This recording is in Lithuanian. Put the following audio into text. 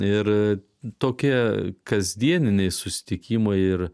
ir tokie kasdieniniai susitikimai ir